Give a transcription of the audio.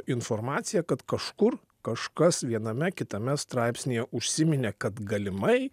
informacija kad kažkur kažkas viename kitame straipsnyje užsiminė kad galimai